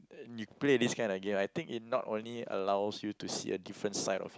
you play this kind of game I think it not only allows you to see a different side of